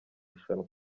rushanwa